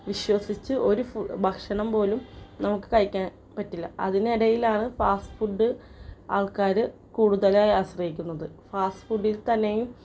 വിശ്വസിച്ച് ഒരു ഫു ഭക്ഷണം പോലും നമുക്ക് കഴിക്കാൻ പറ്റില്ല ഇപ്പം അതിനിടയിലാണ് ഫാസ്റ്റ് ഫുഡ് ആൾക്കാർ കൂടുതലായി ആശ്രയിക്കുന്നത് ഫാസ്റ്റ് ഫുഡ്ഡിൽ തന്നെയും